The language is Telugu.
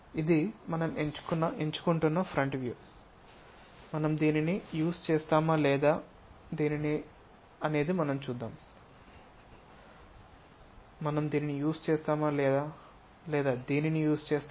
ఇది మనం ఎంచుకుంటున్న ఫ్రంట్ వ్యూ మనం దీనిని యూస్ చేస్తామా లేదా దీనిని యూస్ చేస్తామా అనేది మనం చుద్దాం